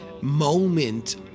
moment